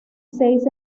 seis